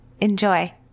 Enjoy